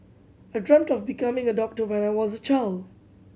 I dreamt of becoming a doctor when I was a child